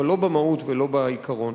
אבל לא במהות ולא בעיקרון.